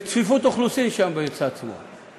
יש צפיפות אוכלוסין שם בצד שמאל.